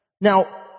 now